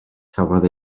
cafodd